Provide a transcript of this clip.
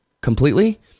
completely